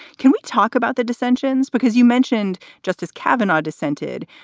can we talk about the dissensions? because you mentioned justice kavanaugh dissented,